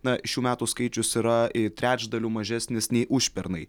na šių metų skaičius yra trečdaliu mažesnis nei užpernai